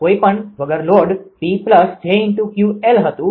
કઈપણ વગર લોડ 𝑃𝑗𝑄𝑙 હતું